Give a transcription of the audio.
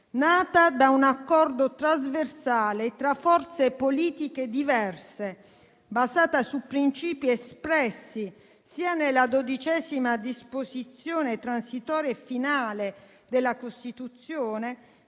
nata da un accordo trasversale tra forze politiche diverse, basata su principi espressi sia nella XII disposizione transitoria e finale della Costituzione,